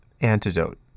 antidote